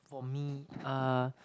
for me uh